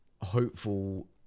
hopeful